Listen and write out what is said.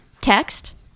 text